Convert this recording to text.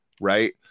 right